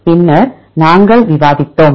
பின்னர் நாங்கள் விவாதித்தோம்